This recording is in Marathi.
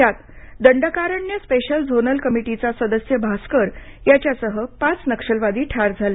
त्यात दंडकारण्य स्पेशल झोनल कमिटीचा सदस्य भास्कर याच्यासह पाच नक्षलवादी ठार झाले